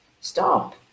Stop